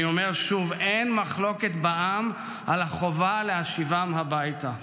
אני אומר שוב: אין מחלוקת בעם על החובה להשיבם הביתה.